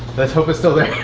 let's hope it's still there.